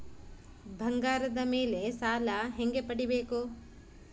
ಬಂಗಾರದ ಮೇಲೆ ಸಾಲ ಹೆಂಗ ಪಡಿಬೇಕು?